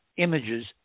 images